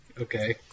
Okay